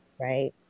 right